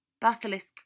Basilisk